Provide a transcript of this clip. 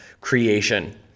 creation